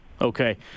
Okay